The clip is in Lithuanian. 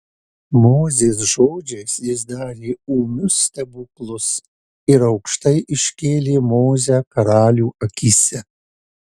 mozės žodžiais jis darė ūmius stebuklus ir aukštai iškėlė mozę karalių akyse